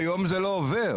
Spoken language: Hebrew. היום זה לא עובר.